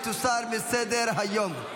ותוסר מסדר-היום.